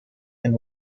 and